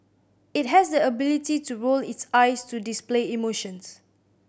it has the ability to roll its eyes to display emotions